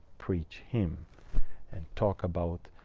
preach him and talk about,